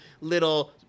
little